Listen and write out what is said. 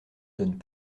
donnent